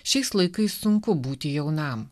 šiais laikais sunku būti jaunam